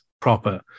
proper